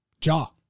Jaw